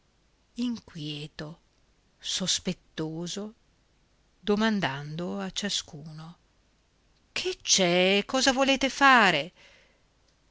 inquieto sospettoso domandando a ciascuno che c'è cosa volete fare